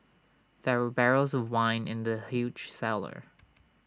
there were barrels of wine in the huge cellar